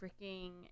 freaking